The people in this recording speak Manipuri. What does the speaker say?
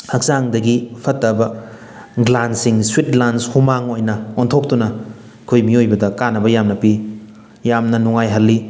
ꯍꯛꯆꯥꯡꯗꯒꯤ ꯐꯠꯇꯕ ꯒ꯭ꯂꯥꯟꯁꯤꯡ ꯁ꯭ꯋꯨꯠ ꯒ꯭ꯂꯥꯟꯁ ꯍꯨꯃꯥꯡ ꯑꯣꯏ ꯑꯣꯟꯊꯣꯛꯇꯨꯅ ꯑꯩꯈꯣꯏ ꯃꯤꯑꯣꯏꯕꯗ ꯀꯥꯅꯕ ꯌꯥꯝꯅ ꯄꯤ ꯌꯥꯝꯅ ꯅꯨꯡꯉꯥꯏꯍꯜꯂꯤ